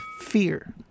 fear